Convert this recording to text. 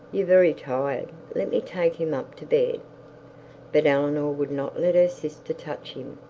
you're very tired let me take him up to bed but eleanor would not let her sister touch him.